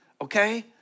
okay